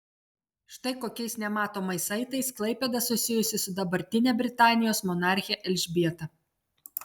štai kokiais nematomais saitais klaipėda susijusi su dabartine britanijos monarche elžbieta